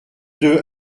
deux